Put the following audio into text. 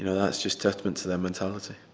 you know that's just testament to their mentality.